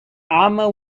armour